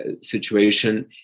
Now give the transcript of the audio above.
Situation